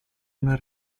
una